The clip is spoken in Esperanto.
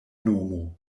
nomo